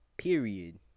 Period